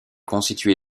constitué